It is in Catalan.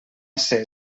ser